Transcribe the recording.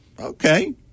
okay